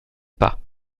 pas